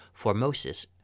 Formosus